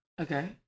Okay